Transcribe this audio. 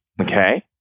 okay